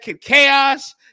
chaos